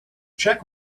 check